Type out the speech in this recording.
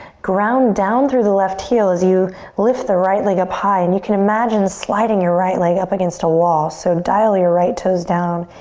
ground down through the left heel as you lift the right leg up high. and you can imagine sliding your right leg up against a wall. so dial your right toes down,